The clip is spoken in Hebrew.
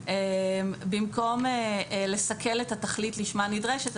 במקום "לסכל את התכלית לשמה נדרשת",